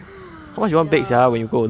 ya